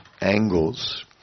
angles